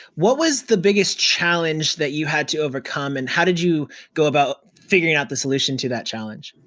what was the biggest challenge that you had to overcome? and how did you go about figuring out the solution to that challenge?